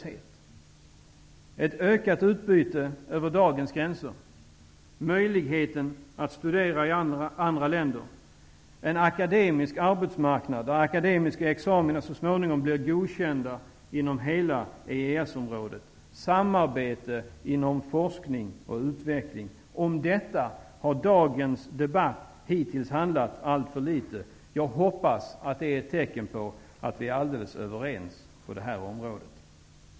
Dagens debatt har handlat alldeles för litet om dessa effekter av gränslösheten: Ett ökat utbyte över dagens gränser, möjligheten att studera i andra länder, en akademisk arbetsmarknad där akademiska examina så småningom skall bli godkända inom hela EES-område samt samarbete inom forskning och utveckling. Att dagens debatt hittills inte har berört dessa frågor så mycket hoppas jag är ett tecken på att vi är helt överens på det här området.